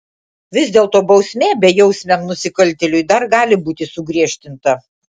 vis dėlto bausmė bejausmiam nusikaltėliui dar gali būti sugriežtinta